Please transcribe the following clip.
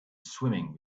swimming